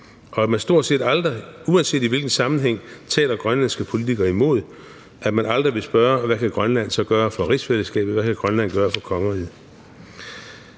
og man taler stort set aldrig, uanset i hvilken sammenhæng, grønlandske politikere imod, og man vil aldrig spørge, hvad Grønland så kan gøre for rigsfællesskabet, hvad Grønland kan gøre for kongeriget.